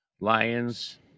Lions